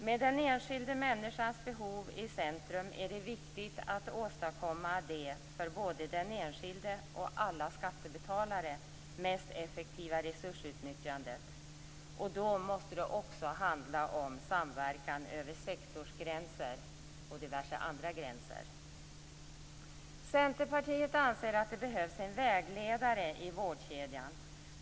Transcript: Med den enskilde människans behov i centrum är det viktigt att åstadkomma det för både den enskilde och alla skattebetalare mest effektiva resursutnyttjandet. Då måste det också handla om samverkan över sektorsgränser och andra gränser. Centerpartiet anser att det behövs en vägledare i vårdkedjan.